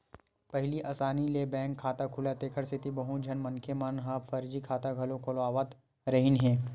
पहिली असानी ले बैंक खाता खुलय तेखर सेती बहुत झन मनखे मन ह फरजी खाता घलो खोलवावत रिहिन हे